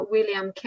William